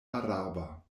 araba